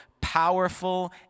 powerful